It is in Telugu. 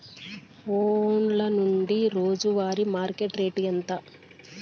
ఫోన్ల నుండి రోజు వారి మార్కెట్ రేటు ఎంత?